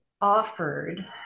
offered